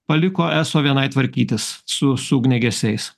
paliko eso vienai tvarkytis su su ugniagesiais